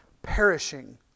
perishing